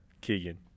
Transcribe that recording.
Keegan